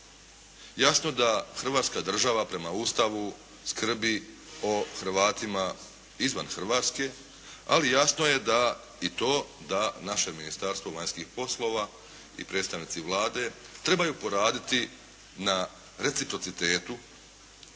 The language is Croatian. Jasno da Hrvatska država prema Ustavu skrbi o Hrvatima izvan Hrvatske, ali jasno je da i to da naše Ministarstvo vanjskih poslova i predstavnici Vlade trebaju poraditi na reciprocitetu